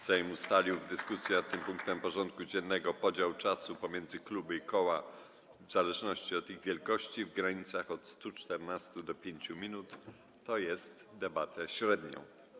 Sejm ustalił w dyskusji nad tym punktem porządku dziennego podział czasu pomiędzy kluby i koła, w zależności od ich wielkości, w granicach od 114 do 5 minut, tj. debatę średnią.